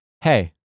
Hey